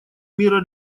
мира